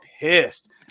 pissed